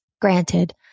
Granted